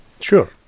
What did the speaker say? Sure